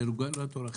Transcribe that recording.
לרגולטור אחר.